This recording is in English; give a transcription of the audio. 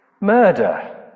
murder